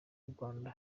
rwanda